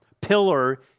pillar